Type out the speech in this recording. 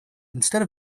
instead